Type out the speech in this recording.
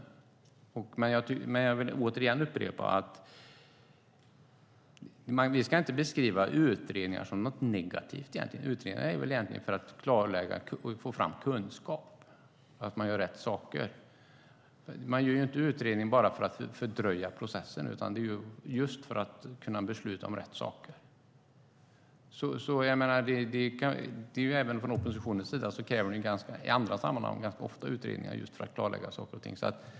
Men jag vill återigen upprepa att vi inte ska beskriva utredningar som något negativt. Utredningar handlar egentligen om att klarlägga och få fram kunskap, så att man gör rätt saker. Man gör inte en utredning bara för att fördröja processen utan just för att kunna besluta om rätt saker. Även oppositionen kräver ofta utredningar i andra sammanhang för att klarlägga saker och ting.